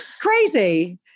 crazy